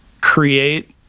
create